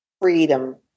freedom